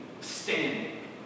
standing